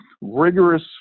rigorous